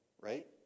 right